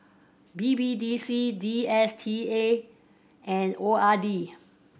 B B D C D S T A and O R D